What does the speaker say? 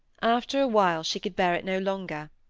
after a while she could bear it no longer.